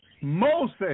Moses